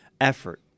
effort